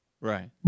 Right